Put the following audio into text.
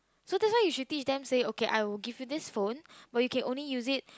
so that's why you should teach them say okay I will give this phone but you can only use it